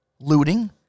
looting